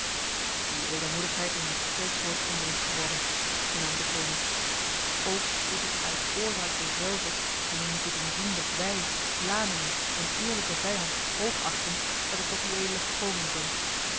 uw edelmoedigheid is een spreekwoord onder ons geworden hernam deconinck ook is het uit oorzaak derzelve en om u te doen zien dat wij vlamingen een eerlijke vijand hoogachten dat ik tot uedele gekomen ben